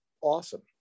awesome